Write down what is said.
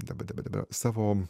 daba daba daba savo